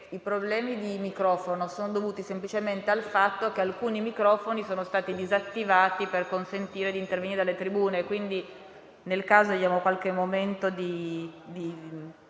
i problemi di microfono sono dovuti semplicemente al fatto che alcuni microfoni sono stati disattivati per consentire di intervenire dalle tribune. Quindi, nel caso, diamo qualche momento di